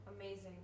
Amazing